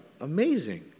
amazing